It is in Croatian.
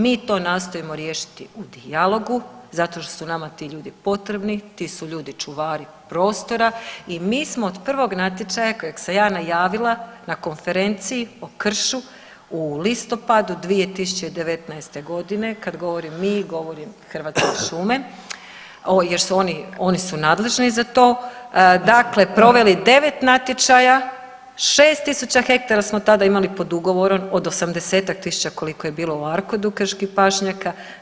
Mi to nastojimo riješiti u dijalogu, zato što su nama ti ljudi potrebni, ti su ljudi čuvari prostora i mi smo od prvog natječaja kojeg sam ja najavila na Konferenciji o kršu u listopadu 2019. godine, kada govorim mi govorim Hrvatske šume jer su oni nadležni za to, dakle proveli devet natječaja, 6 tisuća hektara smo tada imali pod ugovorom od 80-tak tisuća koliko je bilo u ARKOD-u krških pašnjaka.